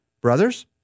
Brothers